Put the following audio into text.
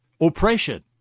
Oppression